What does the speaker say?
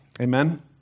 Amen